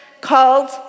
called